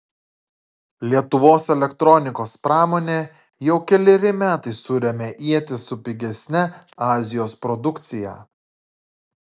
lietuvos elektronikos pramonė jau keleri metai suremia ietis su pigesne azijos produkcija